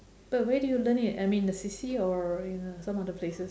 but where do you learn it I mean the C_C or you know some other places